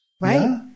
Right